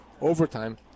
overtime